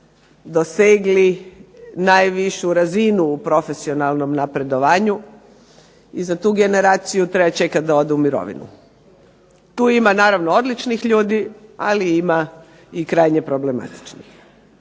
dosegli najvišu razinu u profesionalnom napredovanju, i za tu generaciju treba čekati da odu u mirovinu. Tu ima naravno odličnih ljudi, ali ima i krajnje problematičnih.